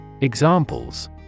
Examples